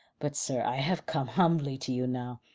but, sir, i have come humbly to you now.